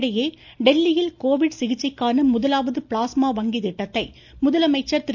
இதனிடையே டெல்லியில் கோவிட் சிகிச்சைக்கான முதலாவது பிளாஸ்மா கெஜ்ரிவால் வங்கி திட்டத்தை முதலமைச்சர் திரு